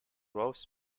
rows